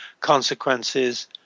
consequences